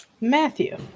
Matthew